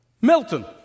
Milton